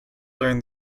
learn